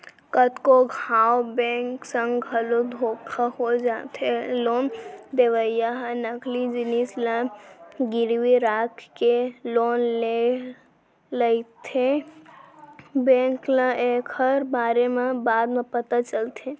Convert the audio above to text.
कतको घांव बेंक संग घलो धोखा हो जाथे लोन लेवइया ह नकली जिनिस ल गिरवी राखके लोन ले लेथेए बेंक ल एकर बारे म बाद म पता चलथे